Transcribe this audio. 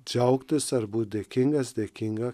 džiaugtis ar būt dėkingas dėkinga